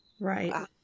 Right